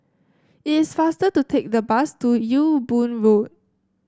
it is faster to take the bus to Ewe Boon Road